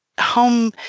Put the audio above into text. home